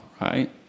right